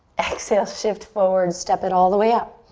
exhale, shift forward. step it all the way up.